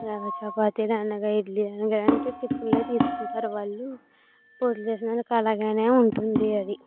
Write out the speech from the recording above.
చపాతి అనగా ఇడ్లీ అనగా ఇలాంటి టిఫిన్లే తీసుకుంటారు వాళ్ళు పూజలు చేసిన దానికి కలగానే ఉంటుంది అది